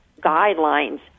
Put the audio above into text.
guidelines